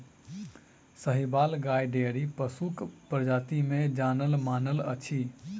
साहिबाल गाय डेयरी पशुक प्रजाति मे जानल मानल अछि